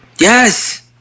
Yes